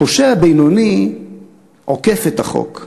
פושע בינוני עוקף את החוק,